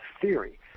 theory